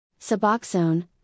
Suboxone